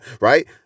right